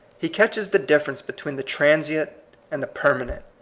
he catches the diapsference between the transient and the permanent.